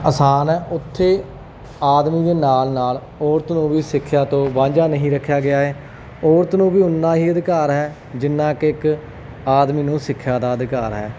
ਆਸਾਨ ਹੈ ਉੱਥੇ ਆਦਮੀ ਦੇ ਨਾਲ ਨਾਲ ਔਰਤ ਨੂੰ ਵੀ ਸਿੱਖਿਆ ਤੋਂ ਵਾਂਝਾ ਨਹੀਂ ਰੱਖਿਆ ਗਿਆ ਹੈ ਔਰਤ ਨੂੰ ਵੀ ਉਨਾ ਹੀ ਅਧਿਕਾਰ ਹੈ ਜਿੰਨਾ ਕਿ ਇੱਕ ਆਦਮੀ ਨੂੰ ਸਿੱਖਿਆ ਦਾ ਅਧਿਕਾਰ ਹੈ